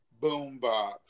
boombox